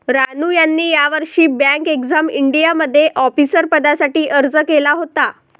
रानू यांनी यावर्षी bank exam इंडियामध्ये ऑफिसर पदासाठी अर्ज केला होता